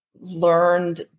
learned